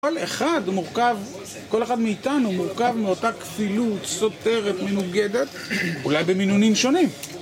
כל אחד מאיתנו מורכב מאותה כפילות סותרת מנוגדת אולי במינונים שונים.